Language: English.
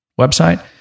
website